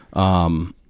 um,